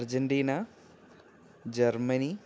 Argentina Germany